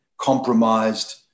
compromised